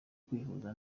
kwihuza